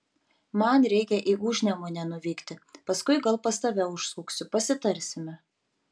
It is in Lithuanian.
man reikia į užnemunę nuvykti paskui gal pas tave užsuksiu pasitarsime